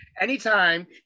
Anytime